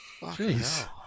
Jeez